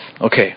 Okay